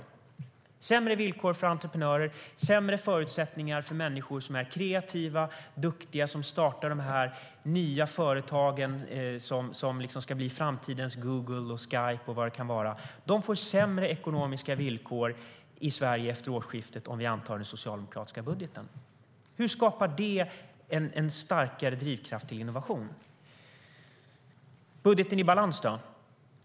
Det blir sämre villkor för entreprenörer och sämre förutsättningar för människor som är kreativa och duktiga och som startar de nya företag som ska bli framtidens Google, Skype och vad det kan vara. De får sämre ekonomiska villkor i Sverige efter årsskiftet om vi antar den socialdemokratiska budgeten. Hur skapar det en starkare drivkraft till innovation? Hur är det med budgeten i balans då?